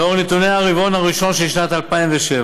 לאור נתוני הרבעון הראשון של שנת 2017,